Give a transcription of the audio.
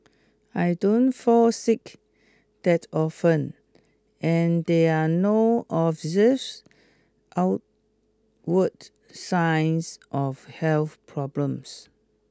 I don't fall sick that often and there are no observes outward signs of health problems